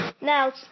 Now